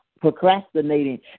procrastinating